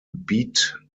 beat